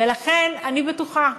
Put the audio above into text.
ולכן אני בטוחה,